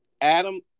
Adam